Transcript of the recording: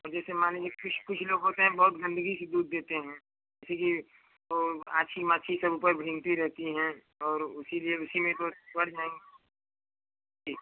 अब जैसे मान लीजिए कुछ कुछ लोग होते हैं बहुत गन्दगी से दूध देते हैं जैसे कि वह आछी माछी सब ऊपर भिनती रहती हैं और उसी लिए उसी में तो पड़ जाएँगे ठीक